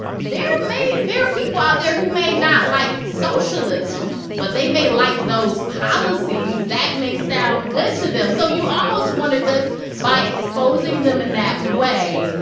there may there are people out there who may not like socialism. but they may like those policies. that may sound good to them. so you almost wonder, does by exposing them in that way,